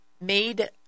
made